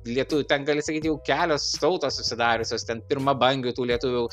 lietuvių ten gali sakyt jau kelios tautos susidariusios ten pirmabangių tų lietuvių